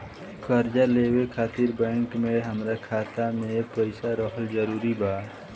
कर्जा लेवे खातिर बैंक मे हमरा खाता मे पईसा रहल जरूरी बा?